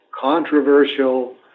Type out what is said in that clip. controversial